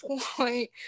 point